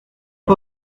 pas